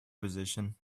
position